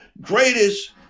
greatest